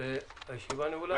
הישיבה נעולה.